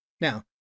Now